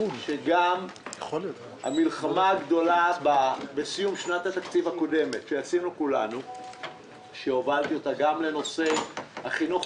גם במלחמה הגדולה שעשינו כולנו בסיום שנת התקציב הקודמת,